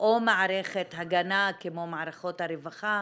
או מערכת הגנה כמו מערכות הרווחה,